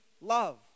love